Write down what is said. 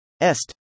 est